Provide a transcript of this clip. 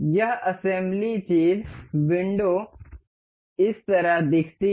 यह असेंबली चीज़ विंडो इस तरह दिखती है